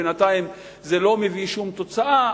בינתיים זה לא מביא שום תוצאה.